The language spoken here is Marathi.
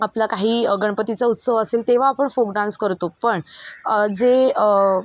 आपला काही गणपतीचा उत्सव असेल तेव्हा आपण फोक डान्स करतो पण जे